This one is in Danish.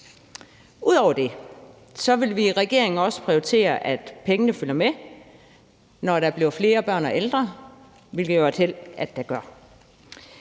Ud over det vil vi i regeringen også prioritere, at pengene følger med, når der bliver flere børn og ældre, hvilket det jo er et held at der gør.